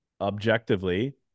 objectively